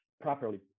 properly